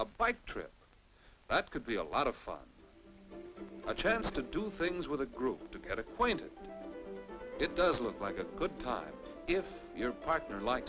a bike trip that could be a lot of fun a chance to do things with a group to get a point it does look like a good time if your partner li